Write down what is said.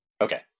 Okay